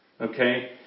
okay